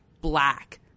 black